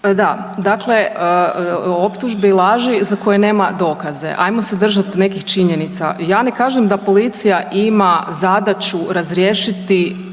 Da, dakle optužbe i laži za koje nema dokaze. Ajmo se držat nekih činjenica. Ja ne kažem da policija ima zadaću razriješiti